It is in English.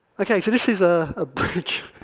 ok so this is a ah bridge.